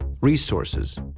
resources